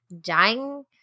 dying